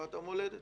לטובת המולדת.